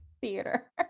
theater